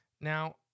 Now